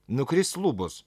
nukris lubos